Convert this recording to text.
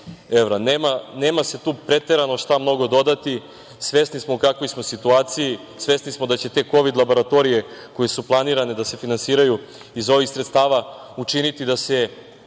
Nema se tu preterano šta mnogo dodati. Svesni smo u kakvoj smo situaciji. Svesni smo da će te kovid laboratorije, koje su planirane da se finansiraju iz ovih sredstava, učiniti da se